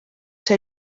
see